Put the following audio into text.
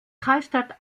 kreisstadt